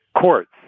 courts